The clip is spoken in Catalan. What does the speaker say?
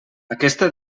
aquesta